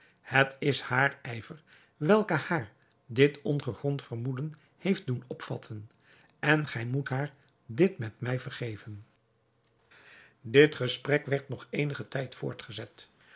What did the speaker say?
het is haar ijver welke haar dit ongegrond vermoeden heeft doen opvatten en gij moet haar dit met mij vergeven dit gesprek werd nog eenigen tijd voortgezet